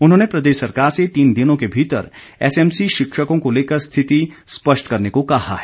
उन्होंने प्रदेश सरकार से तीन दिनों के भीतर एसएमसी शिक्षकों को लेकर स्थिति स्पष्ट करने को कहा है